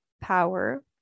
power